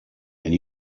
and